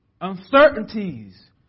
Uncertainties